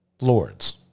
lords